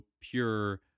pure